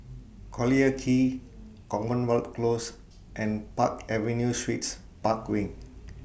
Collyer Quay Commonwealth Close and Park Avenue Suites Park Wing